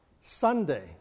Sunday